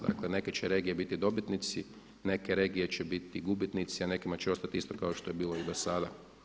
Dakle neke će regije biti dobitnici, neke regije će biti gubitnici, a nekima će ostati isto kao što je bilo i do sada.